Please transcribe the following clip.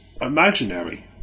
imaginary